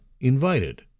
invited